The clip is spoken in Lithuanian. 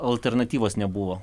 alternatyvos nebuvo